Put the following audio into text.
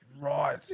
right